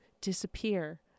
disappear